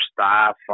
staff